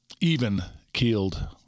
even-keeled